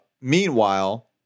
Meanwhile